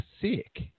sick